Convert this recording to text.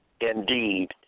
indeed